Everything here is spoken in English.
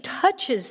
touches